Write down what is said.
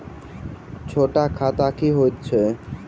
छोट खाता की होइत अछि